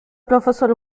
profesor